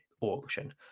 auction